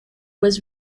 was